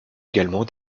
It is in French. également